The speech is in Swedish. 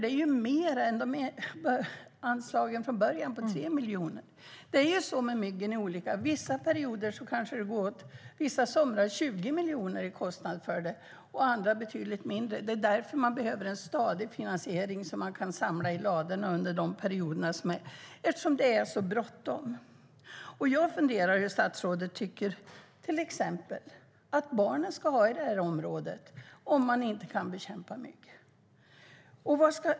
Det är mer än det ursprungliga anslaget på 3 miljoner. Det är ju så med myggen att det är olika. Vissa perioder och somrar kanske det kostar 20 miljoner, medan det kostar betydligt mindre under andra. Därför behöver man en stadig finansiering så att man kan samla i ladorna under de perioderna. För det är bråttom. Jag funderar över vad statsrådet tycker till exempel om hur barnen i det här området ska ha det, om man inte kan bekämpa mygg.